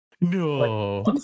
No